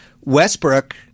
Westbrook